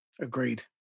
Agreed